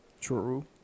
true